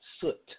Soot